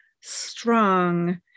strong